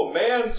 man